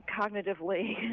cognitively